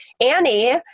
Annie